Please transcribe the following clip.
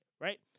right